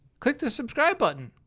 click the subscribe button.